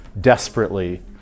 desperately